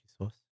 sauce